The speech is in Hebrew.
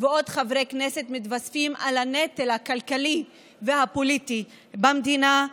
ועוד חברי כנסת מתווספים על הנטל הכלכלי והפוליטי במדינה,